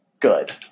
good